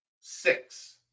six